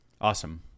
awesome